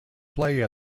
play